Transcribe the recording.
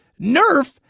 Nerf